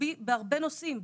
רוחבי בהרבה נושאים.